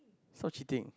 so cheating